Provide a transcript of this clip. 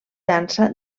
dansa